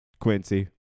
Quincy